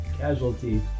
casualty